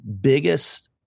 biggest